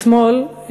אתמול,